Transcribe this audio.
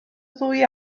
ddwy